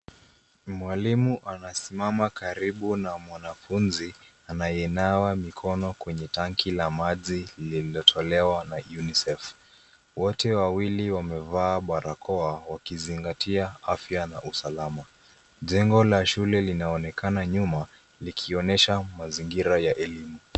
Mwalimu anasimama karibu na mwanafunzi anayenawa mikono kwenye tanki la maji lililotolewa na UNICEF. Wote wawili wamevaa barakoa wakizingatia afya na usalama. Jengo la shule linaonekana nyuma likionyesha mazingira ya elimu.